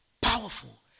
powerful